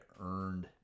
earned